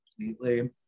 completely